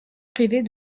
privées